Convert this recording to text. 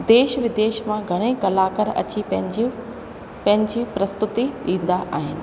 देश विदेश मां घणेई कलाकार अची पंहिंजे पंहिंजी प्रस्तुती ॾींदा आहिनि